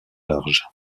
larges